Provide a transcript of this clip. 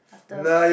after s~